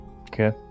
Okay